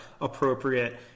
appropriate